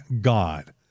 God